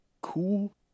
cool